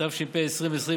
התש"ף 2020,